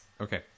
Okay